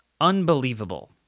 Unbelievable